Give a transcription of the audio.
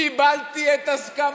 קיבלתי את הסכמתו.